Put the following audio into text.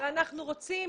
ואנחנו רוצים